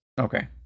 Okay